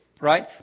Right